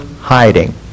hiding